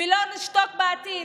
ולא נשתוק בעתיד.